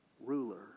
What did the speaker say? ruler